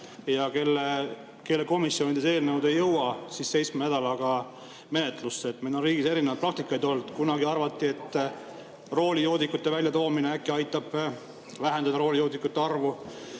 ja kelle komisjonidest eelnõud ei jõua seitsme nädalaga menetlusse. Meil on riigis erinevaid praktikaid olnud. Kunagi arvati, et roolijoodikute [nimede] väljatoomine äkki aitab vähendada roolijoodikute arvu.